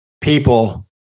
people